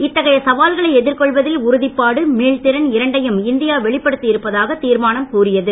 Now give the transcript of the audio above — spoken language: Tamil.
இத்தகைய சவால்களை எதிர்கொள்வதில் உறுதிப்பாடு மீள் திறன் இரண்டையும் இந்தியா வெளிப்படுத்தி இருப்பதாக தீர்மானம் கூறியது